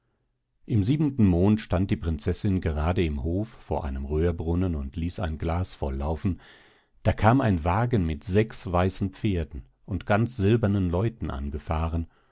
in siebenten mond stand die prinzessin gerade im hof vor einem röhrbrunnen und ließ ein glas voll laufen da kam ein wagen mit sechs weißen pferden und ganz silbernen leuten angefahren